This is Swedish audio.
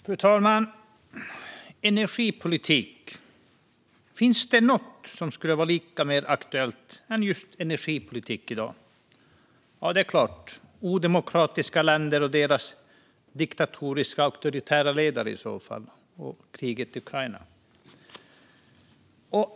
Fru talman! Finns det något som skulle vara mer aktuellt än just energipolitik i dag? Ja, det är i så fall odemokratiska länder, deras diktatoriska och auktoritära ledare och kriget i Ukraina.